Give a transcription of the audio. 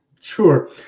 sure